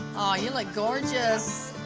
oh, you look gorgeous.